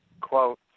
quote